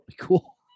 cool